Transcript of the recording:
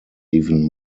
even